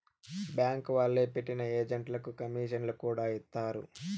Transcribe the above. bank వాళ్లే పెట్టిన ఏజెంట్లకు కమీషన్లను కూడా ఇత్తారు